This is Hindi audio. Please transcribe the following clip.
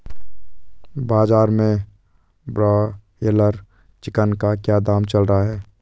बाजार में ब्रायलर चिकन का क्या दाम चल रहा है?